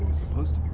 supposed